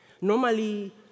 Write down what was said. Normally